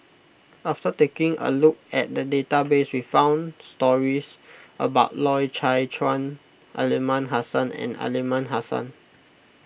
after taking a look at the database we found stories about Loy Chye Chuan Aliman Hassan and Aliman Hassan